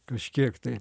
kažkiek tai